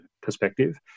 perspective